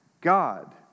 God